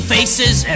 faces